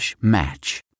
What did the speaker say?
match